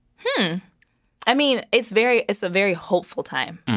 but i mean, it's very it's a very hopeful time.